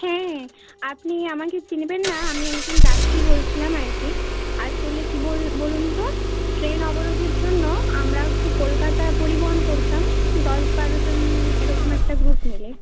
হ্যাঁ আপনি আমাকে চিনবেন না আমি একজন যাত্রী বলছিলাম আর কি আসলে কি বল বলুন তো ট্রেন অবরোধের জন্য আমরা হচ্ছে কলকাতা পরিবহন করতাম দশ বারোজন এরকম একটা গ্রুপ মিলে